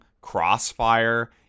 Crossfire